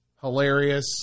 Hilarious